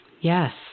Yes